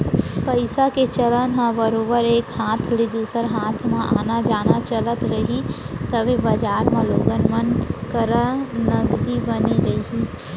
पइसा के चलन ह बरोबर एक हाथ ले दूसर हाथ म आना जाना चलत रही तभे बजार म लोगन मन करा नगदी बने रही